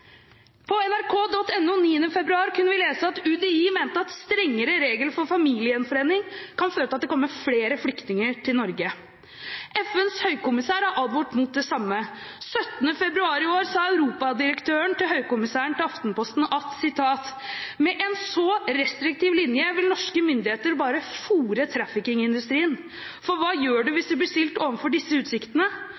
På nrk.no 9. februar kunne vi lese at UDI mente at strengere regler for familiegjenforening kan føre til at det kommer flere flyktninger til Norge. FNs høykommisær har advart mot det samme. 30. januar i år sa Høykommisærens europadirektør til Aftenposten: «Med en så restriktiv linje vil norske myndigheter bare fore trafficking-industrien. For hva gjør du hvis